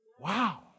Wow